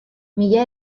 mila